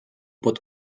pod